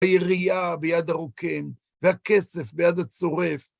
היריעה ביד הרוקם, והכסף ביד הצורף.